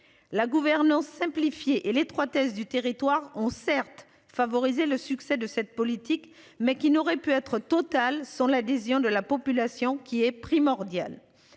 La gouvernance simplifiée et l'étroitesse du territoire ont certes favorisé le succès de cette politique mais qui n'aurait pu être totale sans l'adhésion de la population qui est primordial,